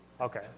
Okay